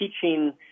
teaching